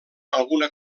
alguna